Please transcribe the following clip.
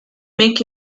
make